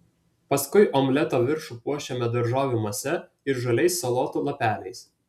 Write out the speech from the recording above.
paskui omleto viršų puošiame daržovių mase ir žaliais salotų lapeliais